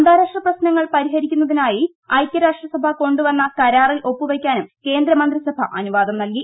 അന്താരാഷ്ട്ര പ്രശ്നങ്ങൾ പ്രിഹരിക്കുന്നതിനായി ഐക്യരാഷ്ട്രസഭ കൌണ്ടുപന്ന കരാറിൽഒപ്പുവയ്ക്കാനും കേന്ദ്രമന്ത്രിസഭ അനുവാ്ദം നൽകി